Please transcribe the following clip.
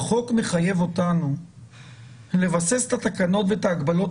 החוק מחייב אותנו לבסס את התקנות ואת ההגבלות